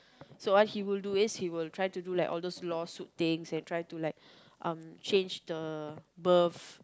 so what he would do is he will try to do like all those lawsuit things and try to like um change the birth